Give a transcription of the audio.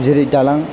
जेरै दालां